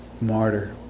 Martyr